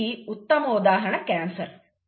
దీనికి ఉత్తమ ఉదాహరణ క్యాన్సర్